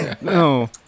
No